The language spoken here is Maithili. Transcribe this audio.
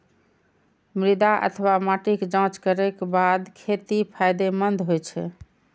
मृदा अथवा माटिक जांच करैक बाद खेती फायदेमंद होइ छै